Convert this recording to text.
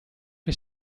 che